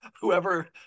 whoever